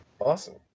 awesome